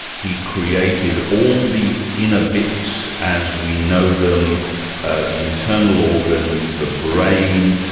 he created all the inner bits as we know them the internal organs, the brain,